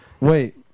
Wait